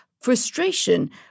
frustration